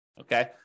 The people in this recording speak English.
Okay